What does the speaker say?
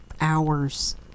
hours